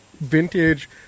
vintage